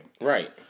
Right